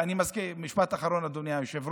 ואני מזכיר, משפט אחרון, אדוני היושב-ראש,